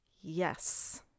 Yes